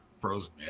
frozen